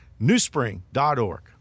newspring.org